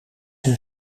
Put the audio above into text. een